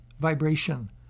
vibration